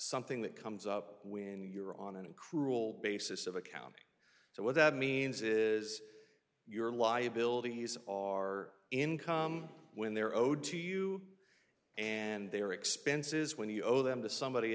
something that comes up when you're on an cruel basis of accounting so what that means is your liabilities are income when they're owed to you and their expenses when you owe them to somebody